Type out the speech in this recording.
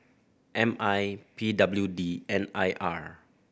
M I P W D and I R